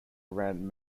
around